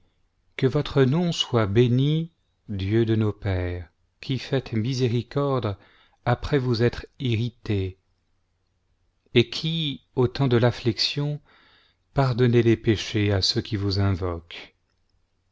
que votre nom soit béni dieu de nos pères qui faites miséricorde après vous être irrité et qui au temps de l'afibiction pardonnez les péchés à ceux qui vous invoquent